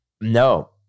No